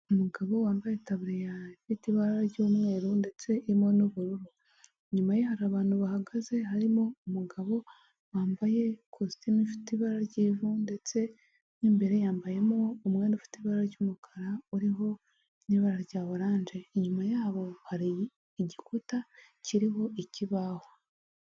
Umugabo wambaye itaburiya ifite ibara ry'umweru, ndetse irimo n'ubururu, inyuma hari abantu bahagaze, harimo umugabo wambaye ikositimu ifite ibara ry'ivu, ndetse n'imbere yambayemo umwenda ufite ibara ry'umukara, uriho n'ibara rya oranje, inyuma yabo hari igikuta kiriho ikibaho.